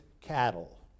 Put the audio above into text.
cattle